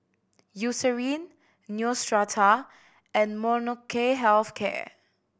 Eucerin Neostrata and Molnylcke Health Care